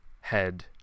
head